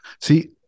See